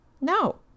No